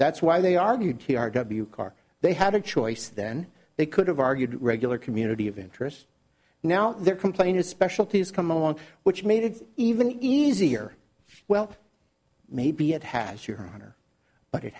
that's why they argued t r w car they had a choice then they could have argued regular community of interest now they're complaining specialties come along which made it even easier well maybe it has your honor but it